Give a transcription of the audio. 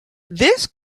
this